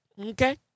Okay